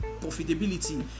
profitability